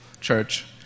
Church